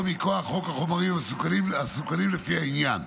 מכוח חוק החומרים המסוכנים לפי העניין,